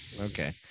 Okay